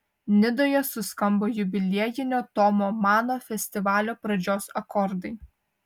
nidoje suskambo jubiliejinio tomo mano festivalio pradžios akordai